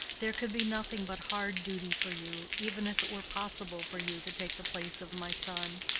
there could be nothing but hard duty for you, even if it were possible for you to take the place of my son.